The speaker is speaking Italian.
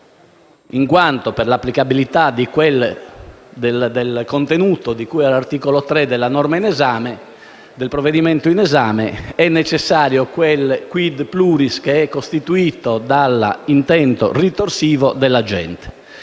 in quanto, per l'applicabilità del contenuto di cui all'articolo 3 del provvedimento in esame, è necessario quel *quid pluris* che è costituito dall'intento ritorsivo dell'agente.